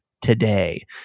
today